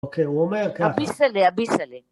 אוקיי, הוא אומר כך. אביסעלע, אביסעלע.